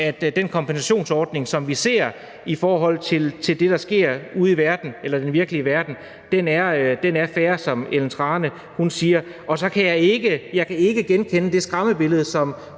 at den kompensationsordning, som vi ser i forhold til det, der sker ude i den virkelige verden, er fair. Jeg kan ikke genkende det skræmmebillede, som